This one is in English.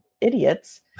idiots